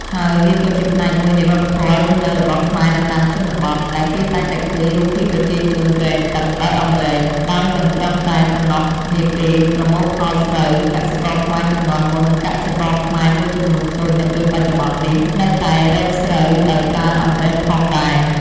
ហើយវាក៏ជាផ្នែកមួយនៃវប្បធម៌រស់នៅរបស់ខ្មែរនៅតាមជនបទ ដែលគេតែងតែឃើញរូបភាពប្រជាជនរែកទឹកដោយអម្រែក ហើយមិនត្រឹមតែប៉ុណ្ណោះនាពេលប្រមូលផលស្រូវ កសិករខ្មែរជំនាន់មុននិងកសិករខ្មែរមួយចំនូនតូចនៅពេលបច្ចុប្បន្ននេះ នៅតែរែកស្រូវដោយប្រើអម្រែកផងដែរ។